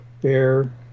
bear